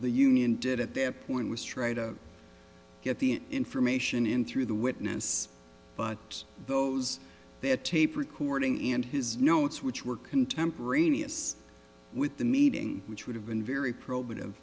the union did at that point was try to get the information in through the witness but those the tape recording in his notes which were contemporaneous with the meeting which would have been very probative